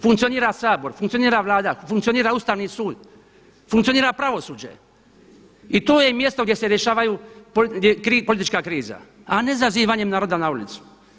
Funkcionira Sabor, funkcionira Vlada, funkcionira Ustavni sud, funkcionira pravosuđe i to je mjesto gdje se rješava politička kriza, a ne zazivanjem naroda na ulicu.